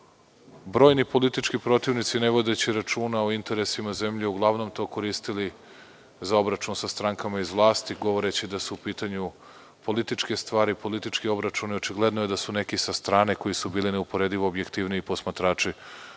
brojni politički protivnici, ne vodeći računa o interesima zemlje, uglavnom to koristili za obračun sa strankama iz vlasti, govoreći da su u pitanju političke stvari, politički obračuni. Očigledno je da su neki sa strane, koji su bili neuporedivo objektivniji posmatrači,